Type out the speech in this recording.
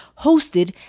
hosted